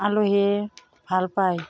আলহীয়ে ভাল পায়